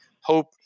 hope